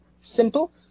Simple